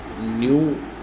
new